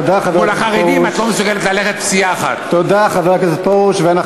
תודה, חבר הכנסת פרוש.